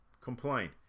Complain